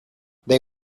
they